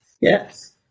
Yes